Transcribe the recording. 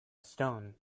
stone